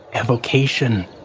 evocation